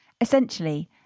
Essentially